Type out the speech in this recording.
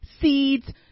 seeds